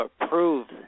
approved